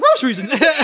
groceries